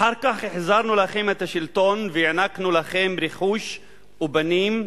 אחר כך החזרנו לכם את השלטון והענקנו לכם רכוש ובנים,